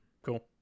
Cool